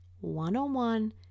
one-on-one